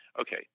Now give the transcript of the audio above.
Okay